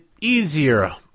easier